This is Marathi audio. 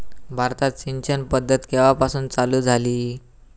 भारतात सिंचन पद्धत केवापासून चालू झाली?